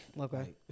Okay